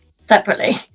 separately